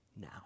now